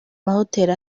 mahoteli